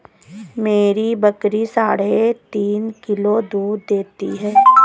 मेरी बकरी साढ़े तीन किलो दूध देती है